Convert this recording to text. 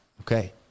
okay